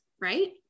right